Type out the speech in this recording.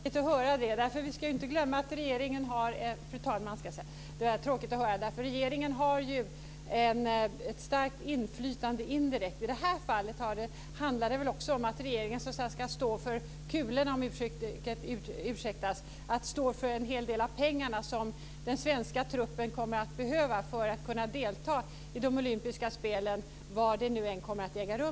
Fru talman! Det var tråkigt att höra. Vi ska inte glömma att regeringen har ett starkt inflytande indirekt. I det här fallet handlar det också om att regeringen ska stå för en hel del av de pengar som den svenska truppen kommer att behöva för att kunna delta i de olympiska spelen, var de än kommer att äga rum.